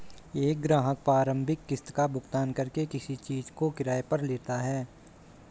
एक ग्राहक प्रारंभिक किस्त का भुगतान करके किसी भी चीज़ को किराये पर लेता है